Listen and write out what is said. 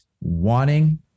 wanting